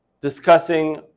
discussing